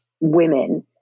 women